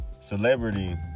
celebrity